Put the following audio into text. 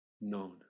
known